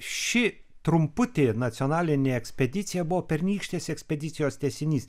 ši trumputė nacionalinė ekspedicija buvo pernykštės ekspedicijos tęsinys